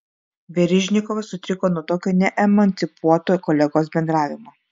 verižnikovas sutriko nuo tokio neemancipuoto kolegos bendravimo